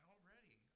Already